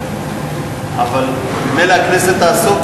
אבל הכנסת תעסוק